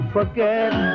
Forget